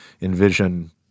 envision